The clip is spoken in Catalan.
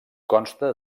consta